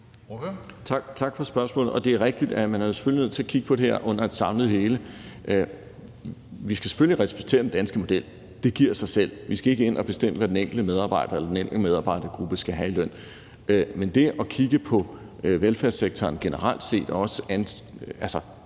Tak for spørgsmålet. Det er rigtigt, at man jo selvfølgelig er nødt til at kigge på det som et samlet hele. Vi skal selvfølgelig respektere den danske model, det giver sig selv. Vi skal ikke ind at bestemme, hvad den enkelte medarbejder eller den enkelte medarbejdergruppe skal have i løn. Men jeg synes, at det er det helt rigtige